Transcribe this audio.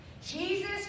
Jesus